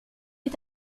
est